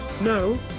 No